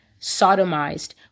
sodomized